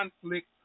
conflict